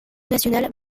national